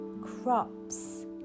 Crops